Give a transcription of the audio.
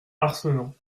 arcenant